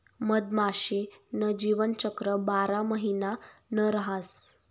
मधमाशी न जीवनचक्र बारा महिना न रहास